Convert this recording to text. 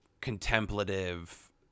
contemplative